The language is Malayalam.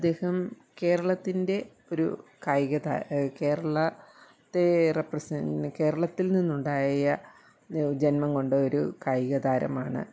അദ്ദേഹം കേരളത്തിൻ്റെ ഒരു കായിക താരം കേരളത്തെ റെപ്രസെൻ്റ് കേരളത്തില് നിന്നുണ്ടായ ജന്മം കൊണ്ട ഒരു കായിക താരമാണ്